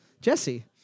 Jesse